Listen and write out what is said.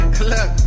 Look